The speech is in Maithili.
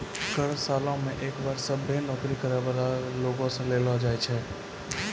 कर सालो मे एक बार सभ्भे नौकरी करै बाला लोगो से लेलो जाय छै